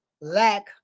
lack